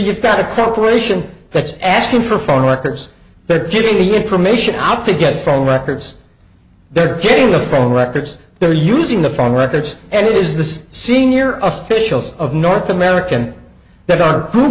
you've got a corporation that's asking for phone records they're getting the information out to get phone records they're getting the phone records they're using the phone records and it is the senior officials of north american that are